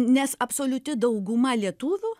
nes absoliuti dauguma lietuvių